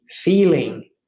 feeling